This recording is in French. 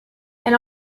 elle